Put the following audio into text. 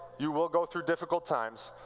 you will go through difficult times.